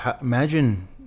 imagine